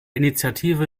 initiative